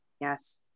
Yes